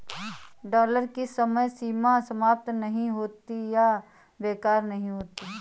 dollar की समय सीमा समाप्त नहीं होती है या बेकार नहीं होती है